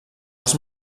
arts